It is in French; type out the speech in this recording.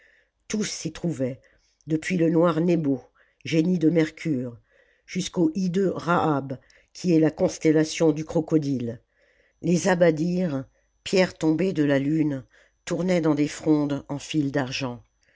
tous s'y trouvaient depuis le noir nebo génie de mercure jusqu'au hideux rahab qui est la constellation du crocodile les abaddirs pierres tombées de la lune tournaient dans des frondes en fils d'argent